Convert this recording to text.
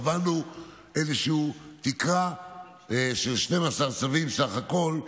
קבענו איזושהי תקרה של 12 צווים בסך הכול,